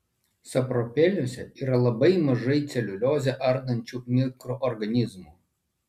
sapropeliuose yra labai mažai celiuliozę ardančių mikroorganizmų